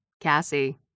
Cassie